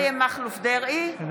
אינו